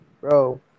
bro